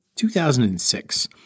2006